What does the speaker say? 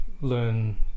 learn